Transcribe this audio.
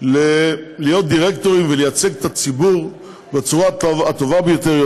להיות דירקטורים ולייצג את הציבור בצורה הטובה ביותר,